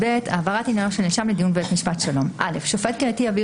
220יב.העברת עניינו של נאשם לדיון בבית משפט שלום שופט קהילתי יעביר